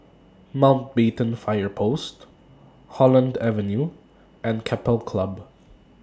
Mountbatten Fire Post Holland Avenue and Keppel Club